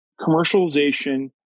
commercialization